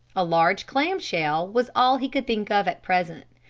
a large clam shell was all he could think of at present.